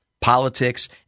politics